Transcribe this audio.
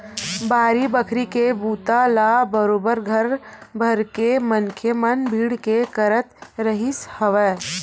बाड़ी बखरी के बूता ल बरोबर घर भरके मनखे मन भीड़ के करत रिहिस हवय